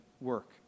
work